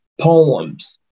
poems